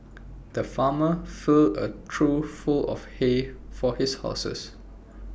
the farmer filled A trough full of hay for his horses